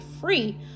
free